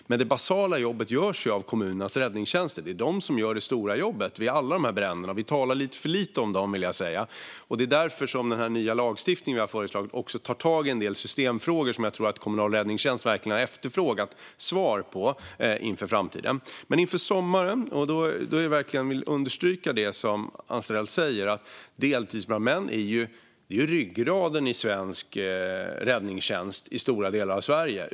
Men det basala jobbet görs ju av kommunernas räddningstjänster; det är de som gör det stora jobbet vid alla bränder. Vi talar lite för lite om dem, vill jag säga. Det är därför den nya lagstiftning vi har föreslagit tar tag i en del systemfrågor som jag tror att den kommunala räddningstjänsten verkligen har efterfrågat svar på inför framtiden. Jag vill verkligen understryka det som Anstrell säger, att deltidsbrandmännen är ryggraden i svensk räddningstjänst i stora delar av Sverige.